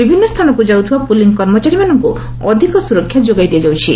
ବିଭିନ୍ନ ସ୍ଥାନକୁ ଯାଉଥିବା ପୁଲିଂ କର୍ମଚାରୀମାନଙ୍କୁ ଅଧିକ ସୁରକ୍ଷା ଯୋଗାଇ ଦିଆଯାଉଛି